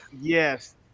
Yes